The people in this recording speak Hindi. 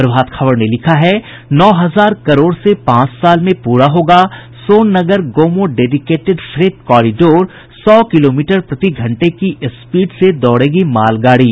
प्रभात खबर ने लिखा है नौ हजार करोड़ से पांच साल में पूरा होगा Son Nagar Gomo dedicated freight corridor सौ किलोमीटर प्रतिघंटे की स्पीड से दौड़ेगी मालगाड़ी